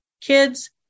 Kids